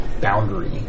boundary